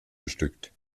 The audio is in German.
bestückt